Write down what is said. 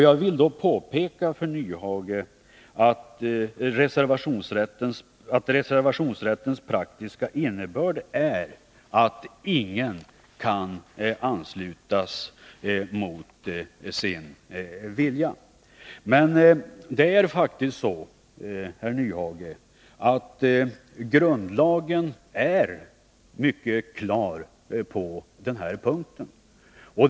Jag vill då påpeka för Hans Nyhage att reservationsrättens praktiska innebörd är att ingen kan anslutas mot sin vilja. 'Grundlagen är faktiskt mycket klar på den här punkten, Hans Nyhage.